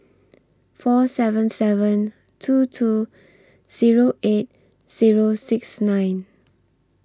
four seven seven two two Zero eight Zero six nine